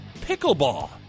pickleball